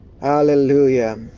Hallelujah